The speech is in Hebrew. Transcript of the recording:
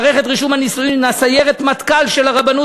מערכת רישום הנישואין הנה 'סיירת מטכ"ל' של הרבנות